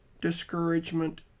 discouragement